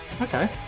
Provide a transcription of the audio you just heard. Okay